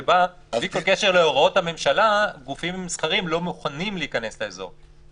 שבה בלי כל קשר להוראות הממשלה גופים מסחריים לא מוכנים להיכנס לאזור,